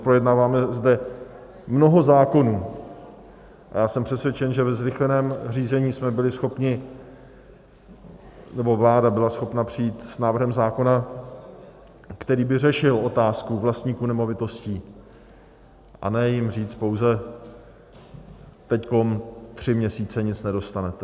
Projednáváme zde mnoho zákonů a já jsem přesvědčen, že ve zrychleném řízení jsme byli schopni, nebo vláda byla schopna přijít s návrhem zákona, který by řešil otázku vlastníků nemovitostí, a ne jim říct pouze: teď tři měsíce nic nedostanete.